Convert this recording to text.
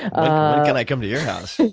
i come to your house?